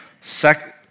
Second